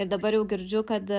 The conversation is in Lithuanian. ir dabar jau girdžiu kad